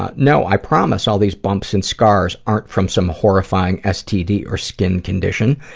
ah no i promise all these bumps and scars aren't from some horrifying std or skin condition.